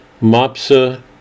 Mopsa